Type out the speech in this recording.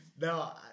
No